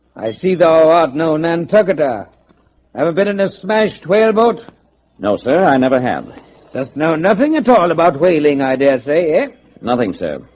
i see thou art no nantucketer ever been in a smashed whale boat no, sir i never have no nothing at all about whaling. i dare say it nothing sir,